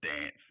dance